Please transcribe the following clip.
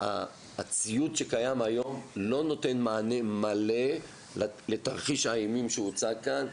הציוד שקיים היום לא נותן מענה מלא לתרחיש האימים שהוצג כאן,